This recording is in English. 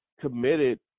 committed